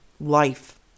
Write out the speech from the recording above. life